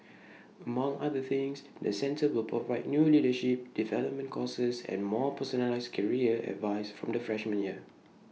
among other things the centre will provide new leadership development courses and more personalised career advice from the freshman year